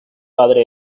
padre